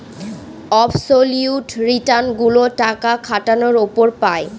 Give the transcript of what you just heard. absolute return গুলো টাকা খাটানোর উপর পাই